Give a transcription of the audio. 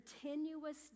continuous